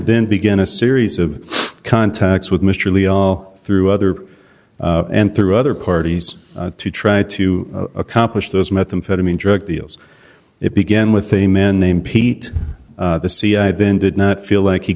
then began a series of contacts with mr lee all through other and through other parties to try to accomplish those methamphetamine drug deals it began with a man named pete the c i then did not feel like he